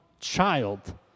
child